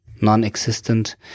non-existent